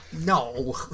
No